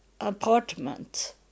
apartment